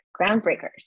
groundbreakers